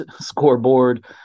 scoreboard